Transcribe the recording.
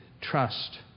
trust